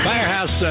Firehouse